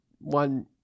one